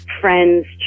friends